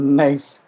nice